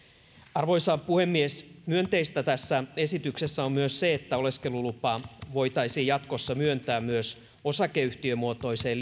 arvoisa puhemies myönteistä tässä esityksessä on myös se että oleskelulupa voitaisiin jatkossa myöntää myös osakeyhtiömuotoiseen